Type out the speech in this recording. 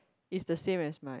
is the same as my